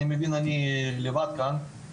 אני מבין אני לבד כאן,